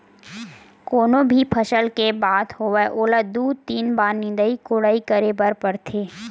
कोनो भी फसल के बात होवय ओला दू, तीन बार निंदई कोड़ई करे बर परथे